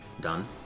Done